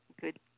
Good